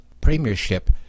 premiership